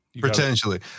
Potentially